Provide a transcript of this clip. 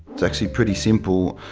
it's actually pretty simple,